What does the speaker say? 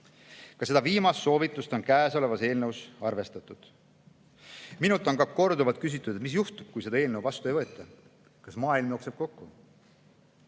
Ka seda viimast soovitust on käesolevas eelnõus arvestatud. Minult on korduvalt küsitud, mis juhtub, kui seda eelnõu vastu ei võeta. Kas maailm jookseb kokku?